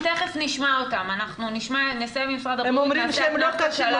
הם אומרים שהם לא קשים,